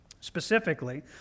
specifically